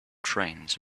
trains